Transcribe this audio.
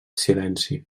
silenci